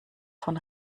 von